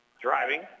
Driving